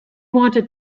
wanted